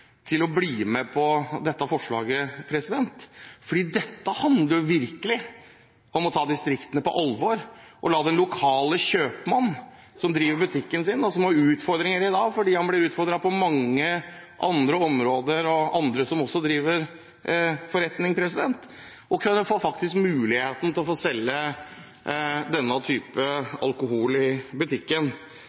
til å bli med på dette forslaget. For dette handler jo virkelig om å ta distriktene på alvor og la den lokale kjøpmann – som driver butikken sin, og som har utfordringer i dag fordi han blir utfordret på mange andre områder, av andre som også driver forretning – kunne få muligheten til å selge denne typen alkohol i butikken.